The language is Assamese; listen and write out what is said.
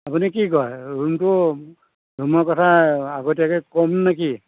আপুনি কি কয় ৰুমটো ৰুমৰ কথা আগতীয়াকে ক'ম নেকি